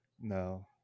No